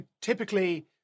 typically